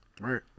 Right